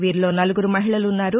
వీరిలో నలుగురు మహిళలు ఉన్నారు